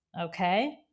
okay